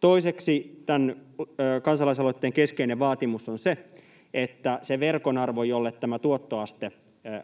Toiseksi tämän kansalaisaloitteen keskeinen vaatimus on se, että sen verkon arvon, jolle tämä tuottoaste